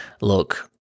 look